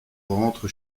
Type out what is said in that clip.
rentre